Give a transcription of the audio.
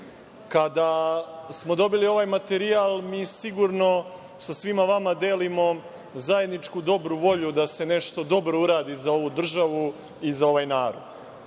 teme. Kada smo dobili ovaj materijal, mi sigurno sa svima vama delimo zajedničku dobru volju da se nešto dobro uradi za ovu državu i za ovaj narod,